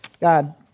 God